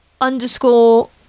underscore